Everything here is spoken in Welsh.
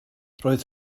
roedd